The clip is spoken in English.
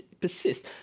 persist